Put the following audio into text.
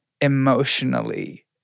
emotionally